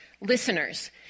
listeners